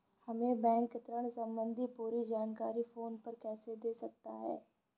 हमें बैंक ऋण संबंधी पूरी जानकारी फोन पर कैसे दे सकता है?